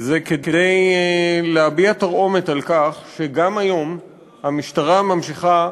כדי להביע תרעומת על כך שגם היום המשטרה ממשיכה,